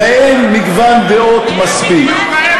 ואין מגוון דעות מספיק.